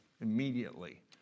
immediately